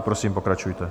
Prosím, pokračujte.